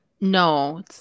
no